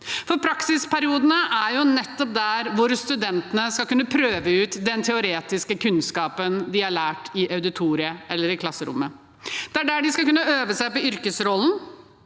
praksisperioden er nettopp der studentene skal kunne prøve ut den teoretiske kunnskapen de har lært i auditoriet eller i klasserommet. Det er der de skal kunne øve seg på yrkesrollen.